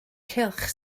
cylch